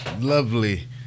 lovely